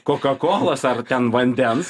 kokakolos ar ten vandens